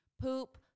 Poop